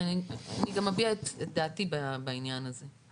אני גם אביע את דעתי בעניין הזה.